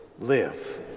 live